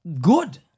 good